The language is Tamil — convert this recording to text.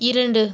இரண்டு